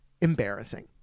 embarrassing